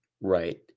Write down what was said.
Right